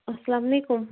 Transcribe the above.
السلامُ علیکُم